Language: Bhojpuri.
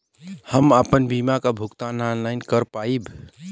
हम आपन बीमा क भुगतान ऑनलाइन कर पाईब?